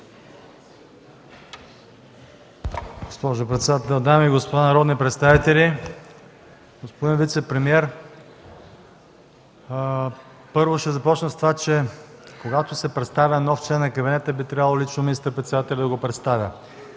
Госпожо председател, дами и господа народни представители! Господин вицепремиер, първо ще започна с това, че когато се представя нов член на кабинета, би трябвало лично министър-председателят да го направи.